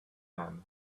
man